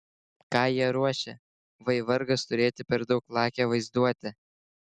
ką jie ruošia vai vargas turėti per daug lakią vaizduotę